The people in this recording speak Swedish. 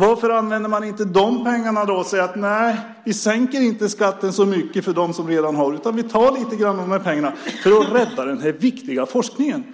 Varför använder man inte de pengarna och säger att man inte sänker skatten så mycket för dem som redan har, utan tar lite av dem för att rädda den viktiga forskningen?